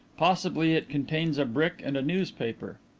possibly it contains a brick and a newspaper.